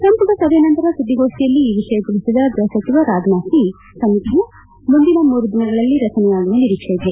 ಸಂಪುಟ ಸಭೆಯ ನಂತರ ಸುದ್ಲಿಗೋಷ್ಟಿಯಲ್ಲಿ ಈ ವಿಷಯ ತಿಳಿಸಿದ ಗ್ರಹ ಸಚಿವ ರಾಜನಾಥ್ಸಿಂಗ್ ಸಮಿತಿಯು ಮುಂದಿನ ಮೂರು ದಿನಗಳಲ್ಲಿ ರಚನೆಯಾಗುವ ನಿರೀಕ್ಷೆ ಇದೆ